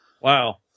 Wow